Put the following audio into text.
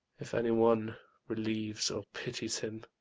if any one relieves or pities him,